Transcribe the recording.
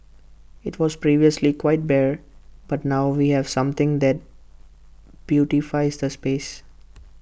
IT was previously quite bare but now we have something that beautifies the space